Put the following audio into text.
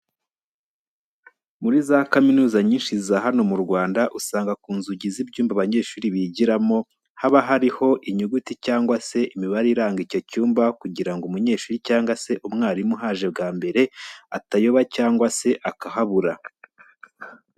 Muri za kaminuza nyinshi za hano mu Rwanda, usanga ku nzugi z'ibyumba abanyeshuri bigiramo, haba hariho inyuguti cyangwa se imibare iranga icyo cyumba kugira ngo umunyeshuri cyangwa se umwarimu uhaje bwa mbere atayoba cyangwa se akahabura.